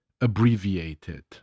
abbreviated